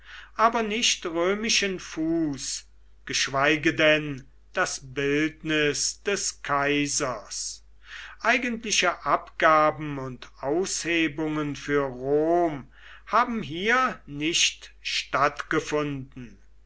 aber nicht römischen fuß geschweige denn das bildnis des kaisers eigentliche abgaben und aushebungen für rom haben hier nicht stattgefunden